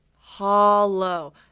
Hollow